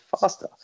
faster